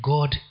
God